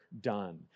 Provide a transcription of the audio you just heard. done